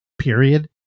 period